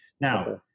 Now